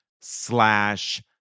slash